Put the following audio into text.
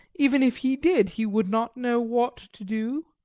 even if he did he would not know what to do.